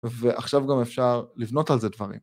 ועכשיו גם אפשר לבנות על זה דברים.